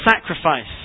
sacrifice